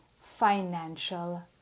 financial